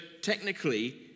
technically